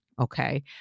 Okay